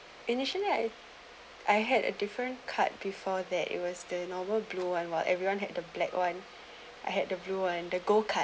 initially I I had a different card before that it was the normal blue and white everyone had a black one I had the blue one the gold card